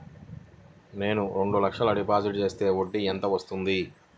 నేను రెండు లక్షల డిపాజిట్ చేస్తే వడ్డీ ఎంత వస్తుంది?